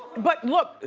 but look,